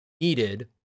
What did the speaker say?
needed